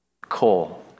coal